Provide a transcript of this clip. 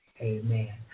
Amen